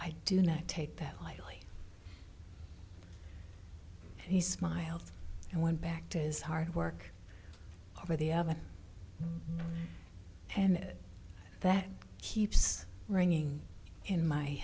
i do not take that lightly he smiled and went back to his hard work over the oven and it that keeps ringing in my